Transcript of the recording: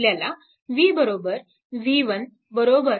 आपल्याला v v1 4